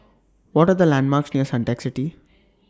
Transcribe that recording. What Are The landmarks near Suntec City